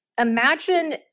imagine